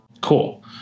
Cool